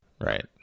Right